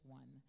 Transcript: one